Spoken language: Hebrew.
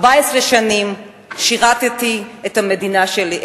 14 שנים שירתתי את המדינה שלי,